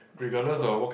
must have work